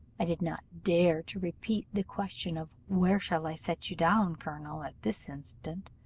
i did not dare to repeat the question of where shall i set you down, colonel at this instant,